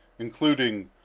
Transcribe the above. including,